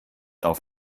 auf